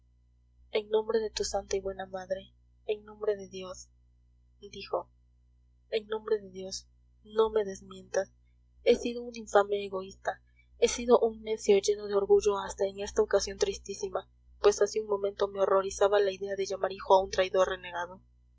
en nombre de tu santa y buena madre en nombre de dios dijo en nombre de dios no me desmientas he sido un infame egoísta he sido un necio lleno de orgullo hasta en esta ocasión tristísima pues hace un momento me horrorizaba la idea de llamar hijo a un traidor renegado